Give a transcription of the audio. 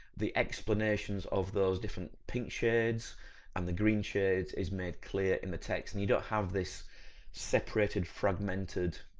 the explanations of those different pink shades and the green shades is made clear in the text and you don't have this separated fragmented